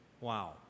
Wow